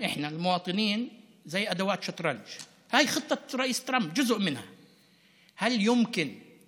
ההתנחלויות נשארות ומתרחבות, ויש גם סעיף שמדבר על